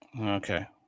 Okay